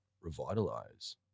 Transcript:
Revitalize